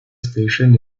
station